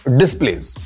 displays